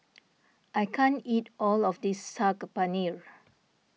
I can't eat all of this Saag Paneer